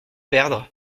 perdre